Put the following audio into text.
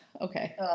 okay